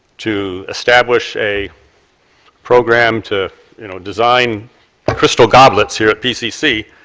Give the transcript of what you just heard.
to establish a program to you know design crystal droplets here at pcc,